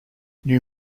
new